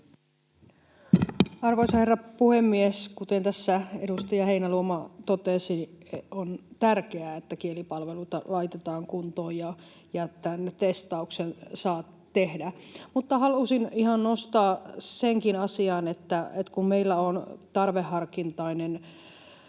Arvoisa herra puhemies! Kuten tässä edustaja Heinäluoma totesi, on tärkeää, että kielipalveluita laitetaan kuntoon ja tämän testauksen saa tehdä. Mutta halusin ihan nostaa senkin asian, että kun meillä on tarveharkinta